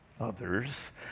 others